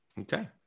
Okay